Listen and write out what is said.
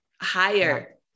higher